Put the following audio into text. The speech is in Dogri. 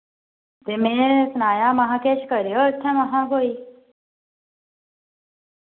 ते में सनाया हा में हा इत्थें करेओ किश कोई